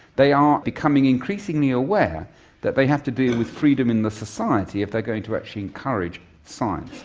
they are becoming increasingly aware that they have to deal with freedom in the society if they're going to actually encourage science,